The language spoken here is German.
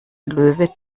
löwe